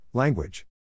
Language